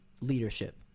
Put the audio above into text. leadership